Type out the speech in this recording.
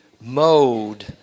mode